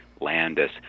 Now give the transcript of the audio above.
Landis